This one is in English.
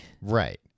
right